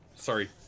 sorry